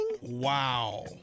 Wow